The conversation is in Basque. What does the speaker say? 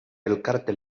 elkarte